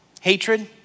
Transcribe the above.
hatred